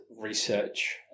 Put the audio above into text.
research